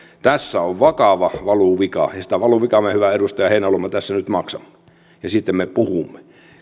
tässä on vakava valuvika sitä valuvikaa me hyvä edustaja heinäluoma tässä nyt maksamme ja siitä me puhumme